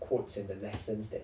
quotes and the lessons that